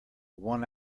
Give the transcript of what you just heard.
one